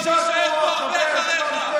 חוק הלאום יישאר פה הרבה אחריך.